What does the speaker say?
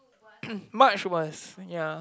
march was ya